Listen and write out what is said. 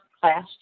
class